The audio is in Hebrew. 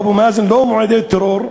אבו מאזן לא מעודד טרור,